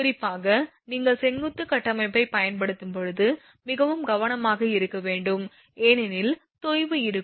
குறிப்பாக நீங்கள் செங்குத்து கட்டமைப்பைப் பயன்படுத்தும் போது மிகவும் கவனமாக இருக்க வேண்டும் ஏனெனில் தொய்வு இருக்கும்